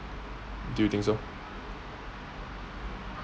do you think so